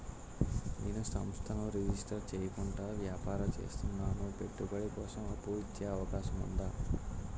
నేను సంస్థను రిజిస్టర్ చేయకుండా వ్యాపారం చేస్తున్నాను పెట్టుబడి కోసం అప్పు ఇచ్చే అవకాశం ఉందా?